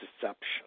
deception